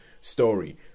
story